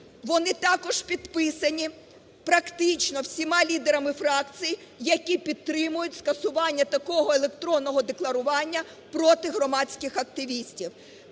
вони також підписані практично всіма лідерами фракцій, які підтримують скасування такого електронного декларування проти громадських активістів.